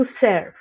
serve